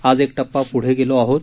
आज एक टप्पा पुढे गेलो आहोत